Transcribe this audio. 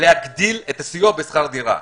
להגדיל את הסיוע בשכר דירה.